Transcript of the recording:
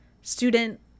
student